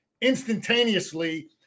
instantaneously